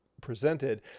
presented